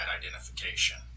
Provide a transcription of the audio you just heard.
identification